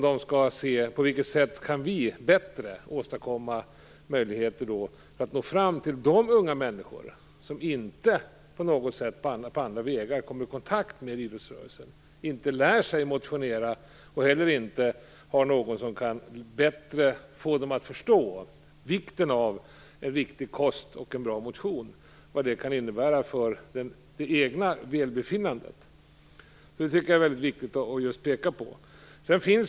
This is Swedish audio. Där skall man undersöka hur vi bättre kan åstadkomma möjligheter att nå fram till de unga människor som inte på andra vägar kommer i kontakt med idrottsrörelsen, som inte lär sig motionera och som inte heller har någon som bättre kan få dem att förstå vikten av en riktig kost och en bra motion, dvs. vad det kan innebära för det egna välbefinnandet. Jag tycker att det är mycket viktigt att peka på just det.